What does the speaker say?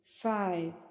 five